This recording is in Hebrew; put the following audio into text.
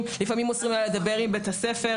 ולפעמים אוסרים עליה לדבר עם בית הספר.